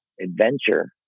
adventure